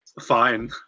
fine